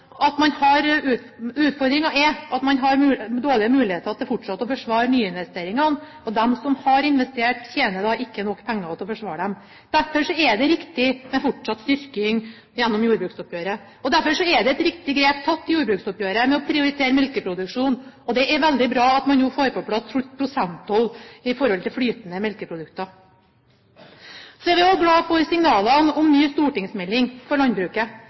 er at man har dårlige muligheter til fortsatt å forsvare nyinvesteringene, og de som har investert, tjener ikke nok penger til å forsvare dem. Derfor er det riktig med fortsatt styrking gjennom jordbruksoppgjøret. Derfor er det tatt et riktig grep i jordbruksoppgjøret ved å prioritere melkeproduksjonen. Det er veldig bra at man nå får på plass prosenttoll for flytende melkeprodukter. Så er vi også glad for signalene om en ny stortingsmelding for landbruket.